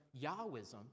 Yahwism